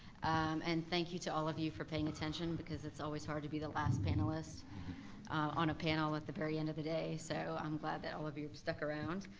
and thank you to all of you for paying attention, because it's always hard to be the last panelist on a panel at the very end of the day, so i'm glad that all of you have stuck around.